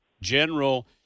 general